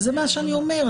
זה מה שאני אומר.